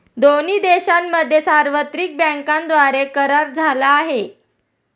दोन्ही देशांमध्ये सार्वत्रिक बँकांद्वारे करार झाला आहे